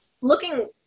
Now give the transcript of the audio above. looking